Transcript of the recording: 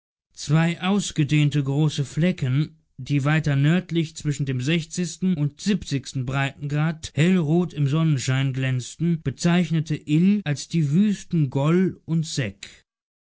zwei ausgedehnte große flecken die weiter nördlich zwischen dem und siebzig breiten grad hellrot im sonnenschein glänzten bezeichnete ill als die wüsten gol und